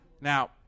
Now